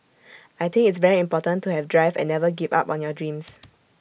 I think it's very important to have drive and never give up on your dreams